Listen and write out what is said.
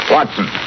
Watson